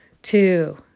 Two